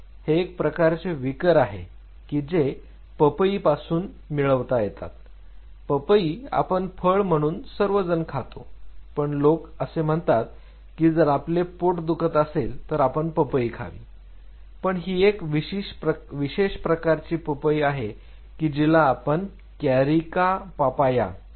हे एक प्रकारचे विकर आहे कि जे पपई पासून मिळवतात पपई आपण फळ म्हणून सर्वजण खातो खूप लोक असे म्हणतात की जर आपले पोट दुखत असेल तर आपण पपई खावी पण ही एक विशेष प्रकारची पपई आहे की जिला आपण कॅरिका पापाया असं म्हणतो